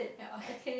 yeah